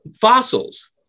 fossils